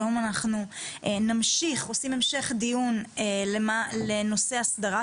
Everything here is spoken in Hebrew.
היום אנחנו עושים המשך דיון בנושא אסדרת